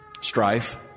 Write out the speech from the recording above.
strife